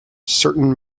certain